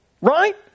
right